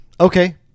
Okay